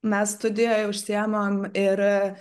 mes studijoje užsiimam ir